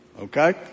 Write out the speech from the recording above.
Okay